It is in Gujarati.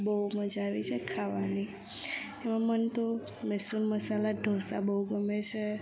બહુ મજા આવી જાય ખાવાની એમાં મને તો મૈસુર મસાલા ઢોસા બહુ ગમે છે